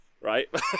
right